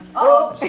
oh!